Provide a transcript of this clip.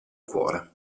cuore